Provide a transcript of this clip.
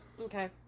Okay